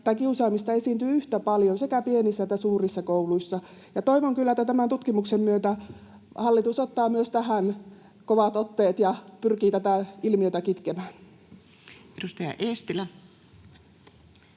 että kiusaamista esiintyy yhtä paljon sekä pienissä että suurissa kouluissa. Toivon kyllä, että tämän tutkimuksen myötä hallitus ottaa myös tähän kovat otteet ja pyrkii tätä ilmiötä kitkemään. [Speech